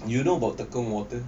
you know about tekong water